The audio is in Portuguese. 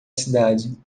cidade